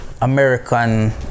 american